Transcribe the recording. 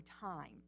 time